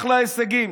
אחלה הישגים.